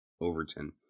Overton